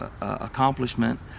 accomplishment